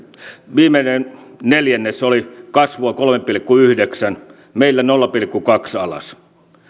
viimeinen neljännes oli kasvua kolme pilkku yhdeksän meillä nolla pilkku kaksi alas